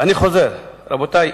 רבותי,